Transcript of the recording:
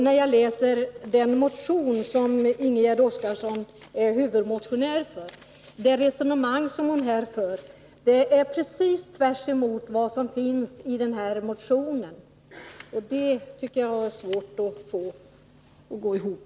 När jag läser den motion som Ingegärd Oskarsson är huvudmotionär för, har jag svårt att förstå det resonemang hon nu för. Det är precis tvärt emot vad som står i motionen. Också det tycker jag är svårt att få att gå ihop.